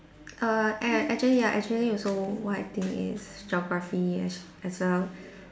err a~ actually ya actually also what I think is geography as sh~ as a